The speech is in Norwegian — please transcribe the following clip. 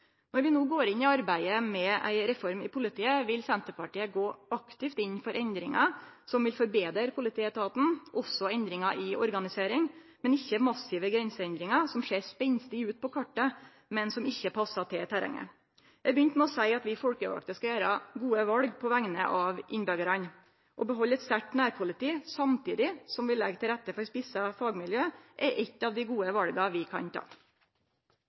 Når vi no går inn i arbeidet med ei reform i politiet, vil Senterpartiet gå aktivt inn for endringar som vil forbetre politietaten, også endringar i organisering, men ikkje massive grenseendringar som ser spenstige ut på kartet, men som ikkje passar til terrenget. Eg begynte med å seie at vi folkevalde skal gjere gode val på vegner av innbyggjarane. Å behalde eit sterkt nærpoliti samtidig som vi legg til rette for spissa fagmiljø, er eitt av dei gode vala vi kan ta.